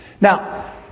Now